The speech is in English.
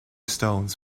stones